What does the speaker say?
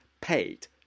paid